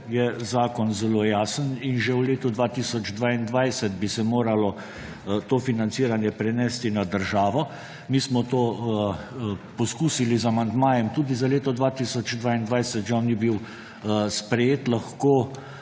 je zakon zelo jasen in že v letu 2022 bi se moralo to financiranje prenesti na državo. Mi smo to poskusili z amandmajem tudi za leto 2022, a žal ni bil sprejet. Lahko